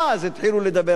אז יתחילו לדבר על זה.